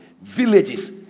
villages